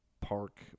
Park